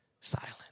silent